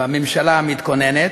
בממשלה המתכוננת.